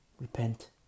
Repent